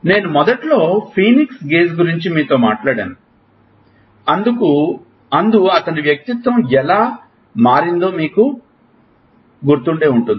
నేను మొదట్లో Phineas Gage గురించి మీతో మాట్లాడాను అందు అతని వ్యక్తిత్వం ఎలా మారిందో మీకు గుర్తుండే ఉంటుంది